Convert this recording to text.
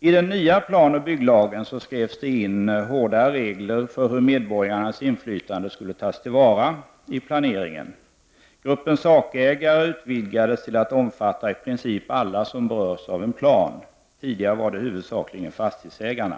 I den nya planoch bygglagen skrevs in hårdare regler för hur medborgarnas inflytande skulle tas till vara i planeringen. Gruppen sakägare utvidgades till att omfatta i princip alla som berörs av en plan. Tidigare var det huvudsakligen fastighetsägarna.